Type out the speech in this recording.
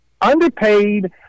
underpaid